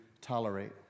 tolerate